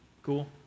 Cool